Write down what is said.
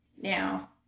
Now